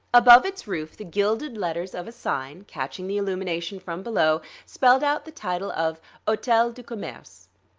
above its roof the gilded letters of a sign, catching the illumination from below, spelled out the title of hotel du commerce.